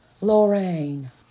Lorraine